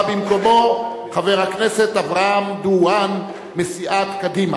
בא במקומו חבר הכנסת אברהם דואן מסיעת קדימה.